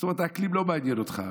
זאת אומרת, האקלים לא מעניין אותך.